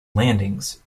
landings